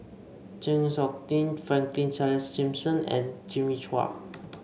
Chng Seok Tin Franklin Charles Gimson and Jimmy Chua